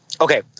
Okay